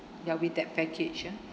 ya with that package ah